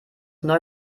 neue